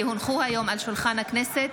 כי הונחו היום על שולחן הכנסת,